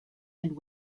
and